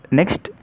next